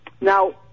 Now